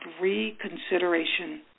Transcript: reconsideration